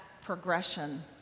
progression